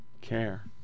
care